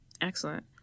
Excellent